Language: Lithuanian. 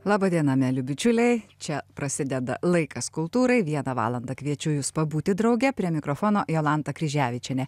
laba diena mieli bičiuliai čia prasideda laikas kultūrai vieną valandą kviečiu jus pabūti drauge prie mikrofono jolanta kryževičienė